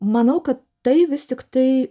manau kad tai vis tiktai